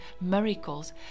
miracles